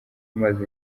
amazi